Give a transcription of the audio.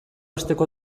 asteko